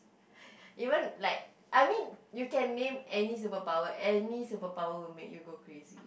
even like I mean you can name any superpower any superpower will make you go crazy